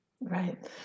Right